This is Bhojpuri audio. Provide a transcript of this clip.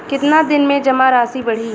कितना दिन में जमा राशि बढ़ी?